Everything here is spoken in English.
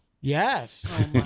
Yes